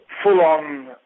full-on